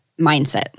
mindset